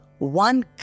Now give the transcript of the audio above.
One